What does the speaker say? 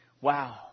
Wow